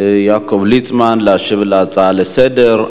יעקב ליצמן להשיב על ההצעה לסדר.